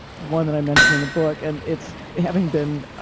one that i mention in the book, and it's having been.